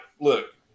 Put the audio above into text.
look